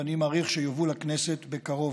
ואני מעריך שיובאו לכנסת בקרוב.